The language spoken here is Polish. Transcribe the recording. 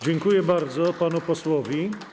Dziękuję bardzo panu posłowi.